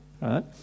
right